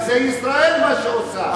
זה מה שעושה ישראל.